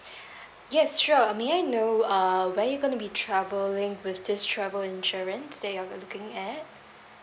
yes sure may I know uh where you gonna be travelling with this travel insurance that you're looking at